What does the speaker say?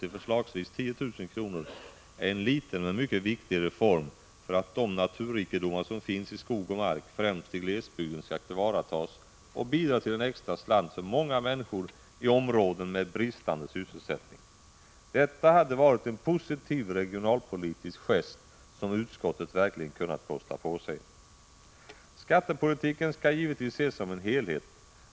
till förslagsvis 10 000 kr., är en liten men mycket viktig reform för att de naturrikedomar som finns i skog och mark, främst i glesbygden, skall tillvaratas och bidra till en extra slant för många människor i områden med bristande sysselsättning. Detta hade varit en positiv regionalpolitisk gest, som utskottet verkligen kunnat kosta på sig. Skattepolitiken skall givetvis ses som en helhet.